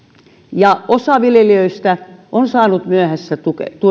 osa viljelijöistä on saanut myöhässä